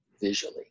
visually